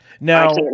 Now